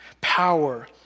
power